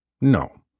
No